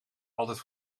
altijd